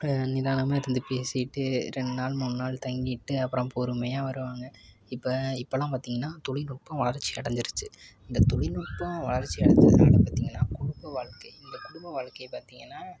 நிதானமாக இருந்து பேசியிட்டு ரெண்டுநாள் மூண் நாள் தங்கிவிட்டு அப்புறம் பொறுமையாக வருவாங்க இப்போ இப்போல்லாம் பார்த்திங்கன்னா தொழில்நுட்பம் வளர்ச்சி அடைஞ்சிருச்சி இந்த தொழில்நுட்பம் வளர்ச்சி அடைஞ்சதுனால பார்த்திங்கன்னா குடும்ப வாழ்க்கை இந்த குடும்ப வாழ்க்கை பார்த்திங்கன்னா